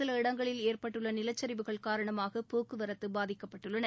சில இடங்களில் ஏற்பட்டுள்ள நிலச்சரிவுகள் காரணமாக போக்குவரத்து பாதிக்கப்பட்டுள்ளன